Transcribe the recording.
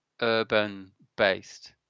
urban-based